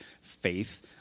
faith